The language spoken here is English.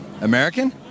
American